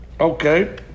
Okay